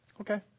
okay